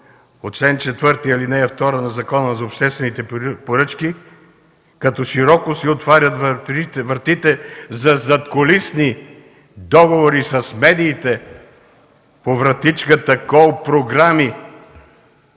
от чл. 4, ал. 2 на Закона за обществените поръчки, като широко си отварят вратите за задкулисни договори с медиите по вратичката „коопрограми”